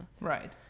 right